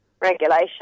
regulation